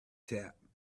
tapped